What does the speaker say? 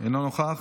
אינו נוכח.